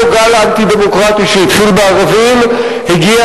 אותו גל אנטי-דמוקרטי שהתחיל בערבים הגיע